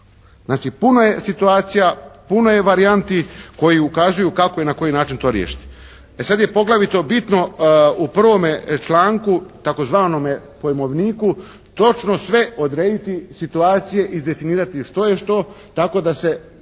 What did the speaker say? Znači puno je situacija, puno je varijanti koji ukazuju kako i na koji način to riješiti. E sad je poglavito bitno u 1. članku, tzv. pojmovniku točno sve odrediti situacije, izdefinirati što je što tako da se